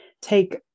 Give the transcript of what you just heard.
take